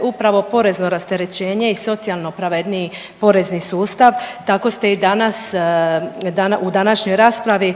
upravo porezno rasterećenje i socijalno pravedniji porezni sustav. Tako ste i danas u današnjoj raspravi